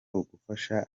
ugufasha